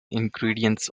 ingredients